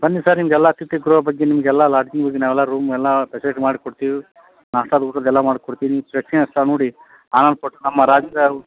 ಬನ್ನಿ ಸರ್ ನಿಮಗೆಲ್ಲ ಅಥಿತಿ ಗೃಹ ಬಗ್ಗೆ ನಿಮಗೆಲ್ಲ ಲಾಡ್ಜಿಂಗ್ ನಾವೆಲ್ಲ ರೂಮ್ ಎಲ್ಲ ಫೆಸಿಲಿಟಿ ಮಾಡ್ಕೊಡ್ತಿವಿ ನಾಷ್ಟಾದ್ದು ಊಟದ್ದು ಎಲ್ಲ ಮಾಡಿಕೊಡ್ತಿವಿ ಪ್ರೇಕ್ಷಣೀಯ ಸ್ಥಳ ನೋಡಿ ಆನಂದಪಟ್ಟು ನಮ್ಮ ರಾಜ್ಯದವ್ರು